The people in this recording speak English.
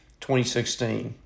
2016